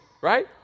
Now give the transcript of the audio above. right